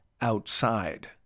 outside